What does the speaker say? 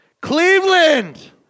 Cleveland